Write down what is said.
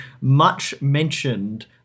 much-mentioned